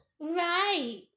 Right